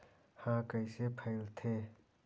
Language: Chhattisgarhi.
ह कइसे फैलथे?